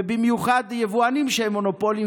ובמיוחד יבואנים שהם מונופולים,